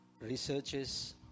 researches